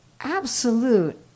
absolute